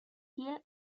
hill